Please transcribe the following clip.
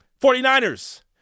49ers